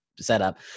setup